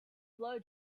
blow